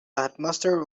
headmaster